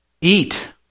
eat